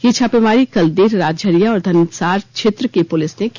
यह छापेमारी कल देर रात झरिया और धनसार क्षेत्र की पुलिस ने की